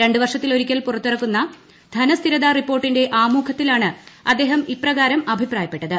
രണ്ട് വർഷത്തിൽ ഒരിക്കൽ പുറത്തിറക്കുന്ന ധനസ്ഥിരത റിപ്പോർട്ടിന്റെ ആമുഖത്തിലാണ് അദ്ദേഹം ഇപ്രകാരം അഭിപ്രായപ്പെട്ടത്